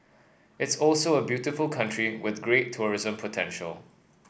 it's also a beautiful country with great tourism potential